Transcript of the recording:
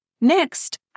Next